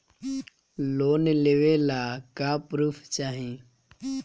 Loan लेवे ला का पुर्फ चाही?